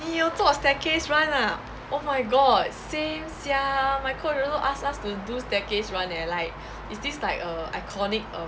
你有做 staircase run ah oh my god same sia my coach also ask us to do staircase run eh like is this like err iconic